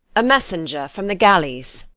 a messenger from the galleys.